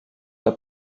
der